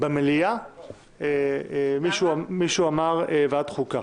במליאה מישהו אמר: ועדת החוקה